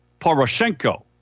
Poroshenko